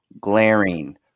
glaring